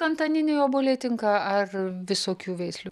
antaniniai obuoliai tinka ar visokių veislių